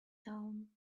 down